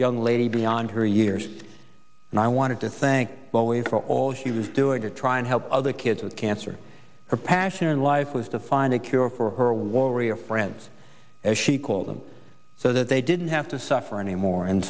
young lady beyond her years and i wanted to thank all ways for all she was doing to try and help other kids with cancer her passion in life was to find a cure for her warrior friends as she called them so that they didn't have to suffer anymore and